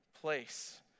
place